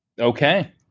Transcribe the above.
Okay